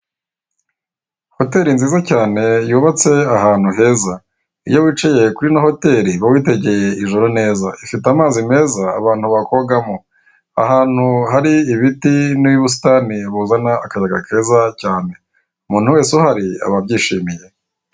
Hoteli nziza cyane yubatse ahantu heza iyo wicaye kuri ino hoteli uba witegeye ijuru neza ifite amazi meza abantu bakogamo ahantu hari ibiti n'ubusitani buzana akayaga keza cyane umuntu wese uhari aba abyishimiye